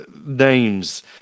names